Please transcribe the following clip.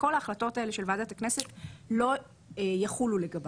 שכל ההחלטות האלה של ועדת הכנסת לא יחולו לגביו.